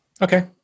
Okay